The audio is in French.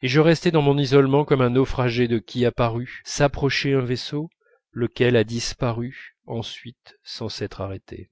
et je restai dans mon isolement comme un naufragé de qui a paru s'approcher un vaisseau lequel a disparu ensuite sans s'être arrêté